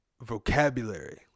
vocabulary